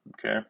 Okay